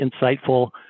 insightful